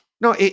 No